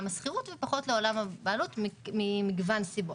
השכירות ופחות לעולם הבעלות ממגוון סיבות.